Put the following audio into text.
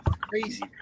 crazy